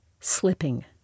slipping